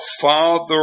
Father